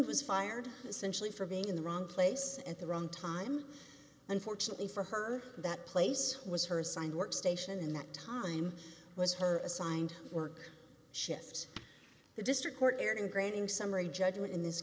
was fired essentially for being in the wrong place at the wrong time unfortunately for her that place was her assigned work station in that time was her assigned work shift the district court erred in granting summary judgment in this